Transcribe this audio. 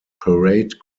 parade